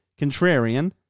contrarian